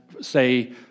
say